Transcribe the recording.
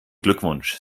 glückwunsch